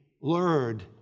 lured